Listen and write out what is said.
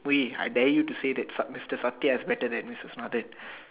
Moo-Yee I dare you to say that fuck mister Sathiya is better than missus Nathan